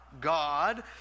God